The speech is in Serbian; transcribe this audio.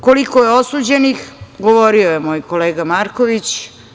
Koliko je osuđenih, govorio je moj kolega Marković.